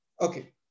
Okay